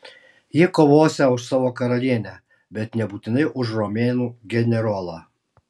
jie kovosią už savo karalienę bet nebūtinai už romėnų generolą